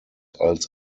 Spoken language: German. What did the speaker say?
als